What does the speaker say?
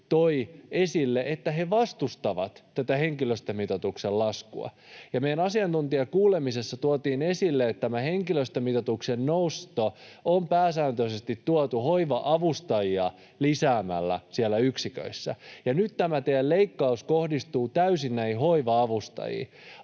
toivat esille, että he vastustavat tätä henkilöstömitoituksen laskua. Ja meidän asiantuntijakuulemisessa tuotiin esille, että tämä henkilöstömitoituksen nosto on pääsääntöisesti tuotu lisäämällä hoiva-avustajia yksiköissä, ja nyt tämä teidän leikkauksenne kohdistuu täysin näihin hoiva-avustajiin.